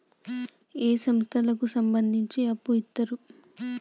ఏ సంస్థలకు సంబంధించి అప్పు ఇత్తరు?